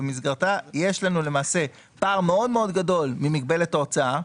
שבמסגרתה יש לנו למעשה פער מאוד מאוד גדול ממגבלת ההוצאה,